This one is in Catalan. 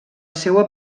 seua